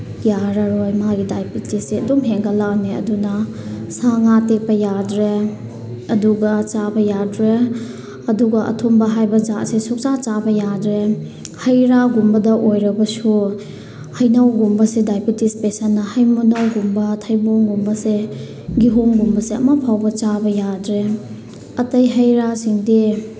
ꯌꯥꯔꯔꯣꯏ ꯃꯥꯒꯤ ꯗꯥꯏꯕꯤꯇꯤꯁꯁꯦ ꯑꯗꯨꯝ ꯍꯦꯟꯒꯠꯂꯛꯑꯅꯤ ꯑꯗꯨꯅ ꯁꯥ ꯉꯥ ꯑꯇꯦꯛꯄ ꯌꯥꯗ꯭ꯔꯦ ꯑꯗꯨꯒ ꯆꯥꯕ ꯌꯥꯗ꯭ꯔꯦ ꯑꯗꯨꯒ ꯑꯊꯨꯝꯕ ꯍꯥꯏꯕ ꯖꯥꯠꯁꯦ ꯁꯨꯛꯆꯥ ꯆꯥꯕ ꯌꯥꯗ꯭ꯔꯦ ꯍꯩ ꯔꯥꯒꯨꯝꯕꯗ ꯑꯣꯏꯔꯒꯁꯨ ꯍꯩꯅꯧꯒꯨꯝꯕꯁꯦ ꯗꯥꯏꯕꯤꯇꯤꯁ ꯄꯦꯁꯦꯟꯅ ꯍꯩ ꯃꯅꯥꯎꯒꯨꯝꯕ ꯊꯩꯕꯣꯡꯒꯨꯝꯕꯁꯦ ꯀꯤꯍꯣꯝꯒꯨꯝꯕꯁꯦ ꯑꯃꯐꯥꯎꯕ ꯆꯥꯕ ꯌꯥꯗ꯭ꯔꯦ ꯑꯇꯩ ꯍꯩ ꯔꯥꯁꯤꯡꯗꯤ